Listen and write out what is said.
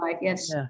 Yes